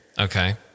Okay